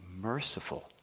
merciful